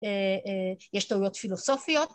‫אה אה יש תאוריות פילוסופיות.